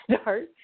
start